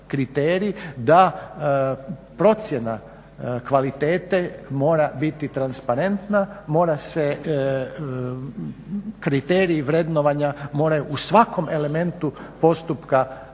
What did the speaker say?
da procjena kvalitete mora biti transparentna, kriterij vrednovanja moraju u svakom elementu postupka